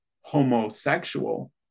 homosexual